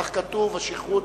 כך כתוב, השכרות.